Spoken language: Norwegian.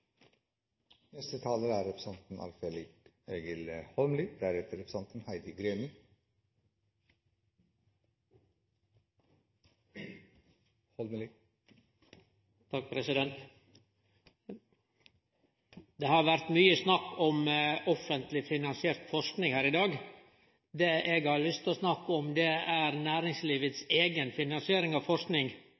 Det har vore mykje snakk om offentleg finansiert forsking her i dag. Det eg har lyst til å snakke om, er næringslivets eiga finansiering av forsking.